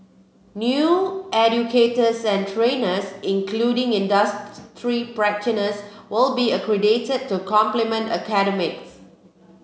new educators and trainers including industry practitioners will be accredited to complement academics